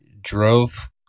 drove